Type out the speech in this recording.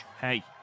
Hey